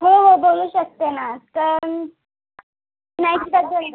हो हो बोलू शकते ना पण नाही कसं आहे